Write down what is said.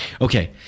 Okay